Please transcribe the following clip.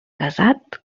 casat